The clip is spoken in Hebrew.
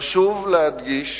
חשוב להדגיש,